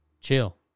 Chill